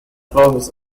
clothes